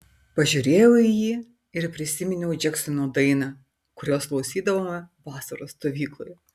pažiūrėjau į jį ir prisiminiau džeksono dainą kurios klausydavome vasaros stovykloje